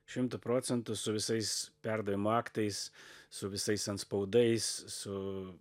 šimtu procentų su visais perdavimo aktais su visais antspaudais su